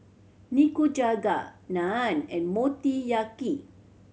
Nikujaga Naan and Motoyaki